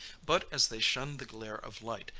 but, as they shun the glare of light,